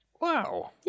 Wow